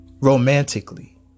romantically